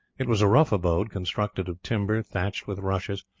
it was a rough abode constructed of timber, thatched with rushes,